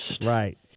Right